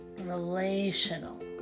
relational